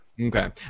Okay